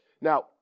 Now